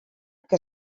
que